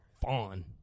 fawn